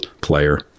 player